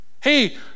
Hey